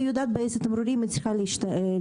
יודעת באיזה תמרורים היא צריכה להשתמש.